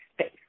space